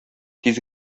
тиз